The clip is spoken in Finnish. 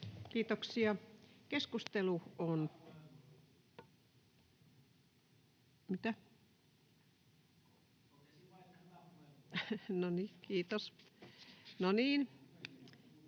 Kiitoksia. — Keskustelu on